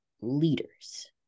leaders